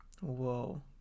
Whoa